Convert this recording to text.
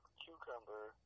cucumber